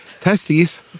Testes